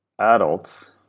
adults